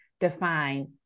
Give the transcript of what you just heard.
define